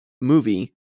movie